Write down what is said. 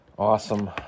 Awesome